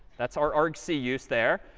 that's our argc use there.